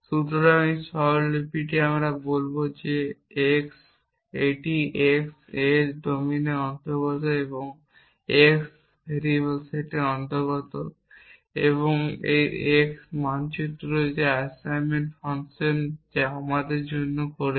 সুতরাং এই স্বরলিপিটি আমরা বলব যে এটি x A ডোমিনের অন্তর্গত এবং x ভেরিয়েবলের সেটের অন্তর্গত এবং এই x মানচিত্র যা অ্যাসাইনমেন্ট ফাংশন যা আমাদের জন্য করছে